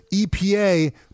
EPA